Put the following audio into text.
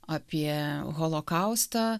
apie holokaustą